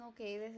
okay